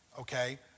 okay